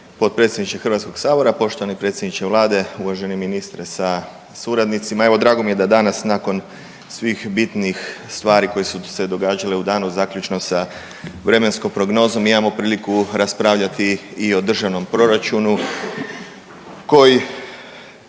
potpredsjedniče HS-a, poštovani predsjedniče Vlade, uvaženi ministre sa suradnicima. Evo drago mi je da danas nakon svih bitnih stvari koje su se događale u danu zaključno sa vremenskom prognozom imamo priliku raspravljati i o državnom proračunu koji